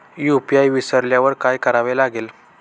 UPI विसरल्यावर काय करावे लागेल?